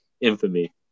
infamy